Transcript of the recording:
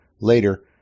later